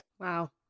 wow